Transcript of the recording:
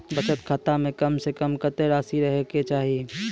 बचत खाता म कम से कम कत्तेक रासि रहे के चाहि?